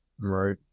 Right